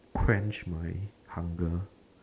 quench my hunger